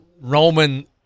Roman